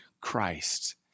Christ